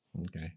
okay